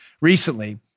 recently